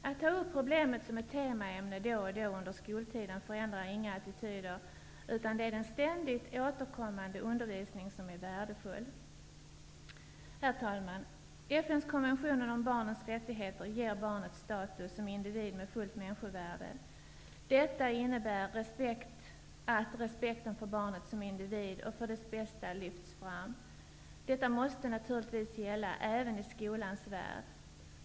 Att ta upp problemet som ett temaämne då och då under skoltiden förändrar inga attityder, utan det är den ständigt återkommande undervisningen som är värdefull. Herr talman! FN:s konvention om barnets rättigheter ger barnet status som individ med fullt människovärde. Detta innebär att respekten för barnet som individ lyfts fram och att man ser till dess bästa. Detta måste naturligtvis gälla även i skolans värld.